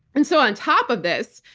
and so on top of this,